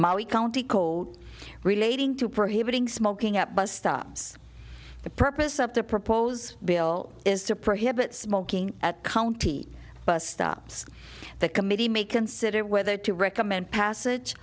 molly county coal relating to prohibiting smoking at bus stops the purpose of the proposed bill is to prohibit smoking at county bus stops the committee may consider whether to recommend passage